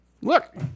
Look